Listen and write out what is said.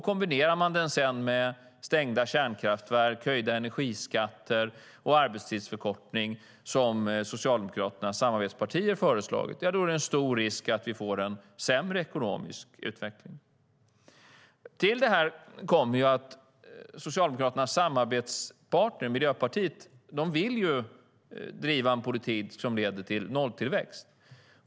Kombinerar man det sedan med stängda kärnkraftverk, höjda energiskatter och arbetstidsförkortning, som Socialdemokraternas samarbetspartier har föreslagit, är det en stor risk att vi får en sämre ekonomisk utveckling. Till detta kommer att Socialdemokraternas samarbetspartner Miljöpartiet vill driva en politik som leder till nolltillväxt.